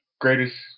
Greatest